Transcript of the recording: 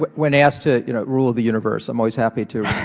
when asked to, you know, rule the universe, i'm always happy to.